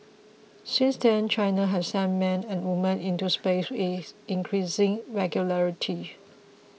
since then China has sent man and woman into space with increasing regularity